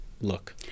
look